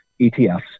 ETFs